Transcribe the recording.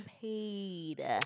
paid